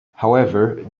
however